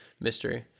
mystery